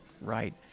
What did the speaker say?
Right